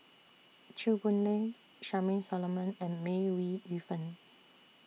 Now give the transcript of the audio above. Chew Boon Lay Charmaine Solomon and May Ooi Yu Fen